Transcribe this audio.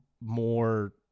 more